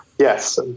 Yes